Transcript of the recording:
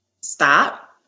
stop